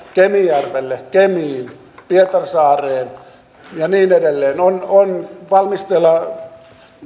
kemijärvelle kemiin pietarsaareen ja niin edelleen on on valmisteilla